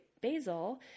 Basil